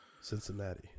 Cincinnati